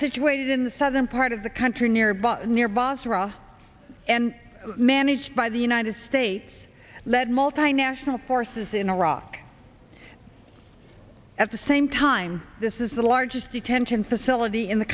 situated in the southern part of the country nearby near basra and managed by the united states led multinational forces in iraq at the same time this is the largest detention facility in the